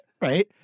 right